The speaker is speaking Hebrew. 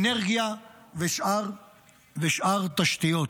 אנרגיה ושאר תשתיות.